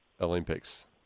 Olympics